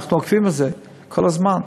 אנחנו עוקבים אחרי זה כל הזמן.